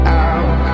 out